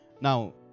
Now